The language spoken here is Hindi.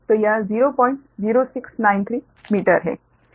तो यह 00693 मीटर है